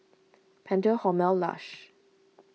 Pentel Hormel Lush